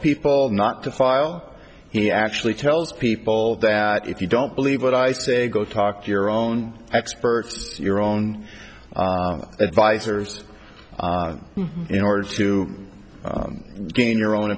people not to file he actually tells people that if you don't believe what i say go talk to your own experts your own advisors in order to gain your own